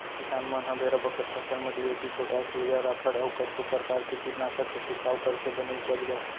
किसान मन ह बेरा बखत फसल म डी.ए.पी, पोटास, यूरिया, राखड़ अउ कतको परकार के कीटनासक के छिड़काव करथे बने उपज बर